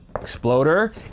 Exploder